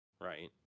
Right